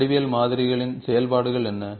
வடிவியல் மாதிரிகளின் செயல்பாடுகள் என்ன